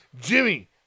Jimmy